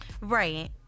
Right